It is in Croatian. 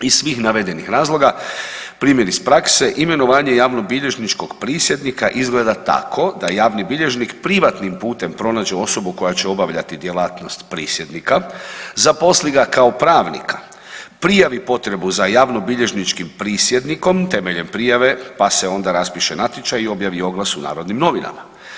Iz svih navedenih razloga primjer iz prakse imenovanje javnobilježničkog prisjednika izgleda tako da javni bilježnik privatnim putem pronađe osobu koja će obavljati djelatnost prisjednika, zaposli ga kao pravnika, prijavi potrebu za javnobilježničkim prisjednikom temeljem prijave, pa se onda raspiše natječaj i objavi glas u Narodnim novinama.